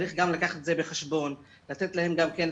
צריך גם את זה לקחת בחשבון, לתת להם תמיכה.